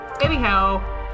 Anyhow